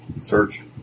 search